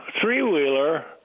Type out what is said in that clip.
three-wheeler